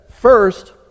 First